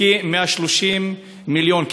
לכ-130 מיליון,